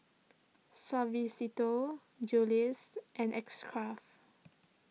Suavecito Julie's and X Craft